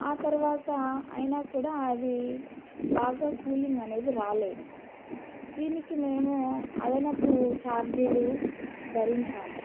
ఆ తరువాత అయిన కూడా అది బాగా కూలింగ్ అనేది రాలేదు దీనికి మేమూ అదనపు ఛార్జీలు భరించాము